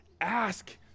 ask